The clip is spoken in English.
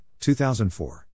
2004